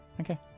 Okay